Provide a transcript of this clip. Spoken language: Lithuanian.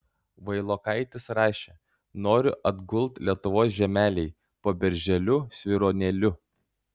vailokaitis rašė noriu atgult lietuvos žemelėj po berželiu svyruonėliu